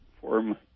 form